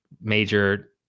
Major